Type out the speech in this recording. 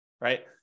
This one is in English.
right